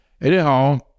Anyhow